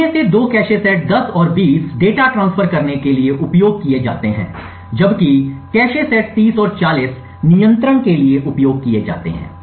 इनमें से 2 cache set 10 और 20 डेटा ट्रांसफर करने के लिए उपयोग किए जाते हैं जबकि कैश सेट 30 और 40 नियंत्रण के लिए उपयोग किए जाते हैं